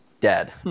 dead